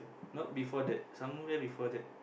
not before that somewhere before that